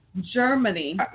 Germany